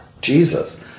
Jesus